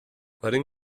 letting